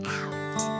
out